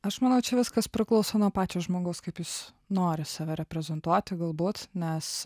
aš manau čia viskas priklauso nuo pačio žmogaus kaip jis nori save reprezentuoti galbūt nes